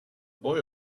boy